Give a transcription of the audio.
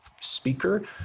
speaker